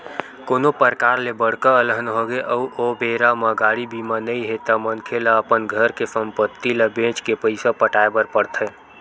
कोनो परकार ले बड़का अलहन होगे अउ ओ बेरा म गाड़ी बीमा नइ हे ता मनखे ल अपन घर के संपत्ति ल बेंच के पइसा पटाय बर पड़थे